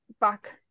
back